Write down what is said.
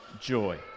joy